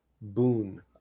boon